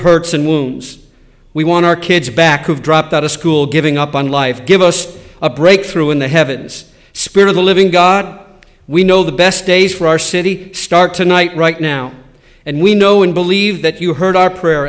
hurts and wounds we want our kids back who've dropped out of school giving up on life give us a break through in the heavens spirit the living got we know the best days for our city start tonight right now and we know and believe that you heard our prayer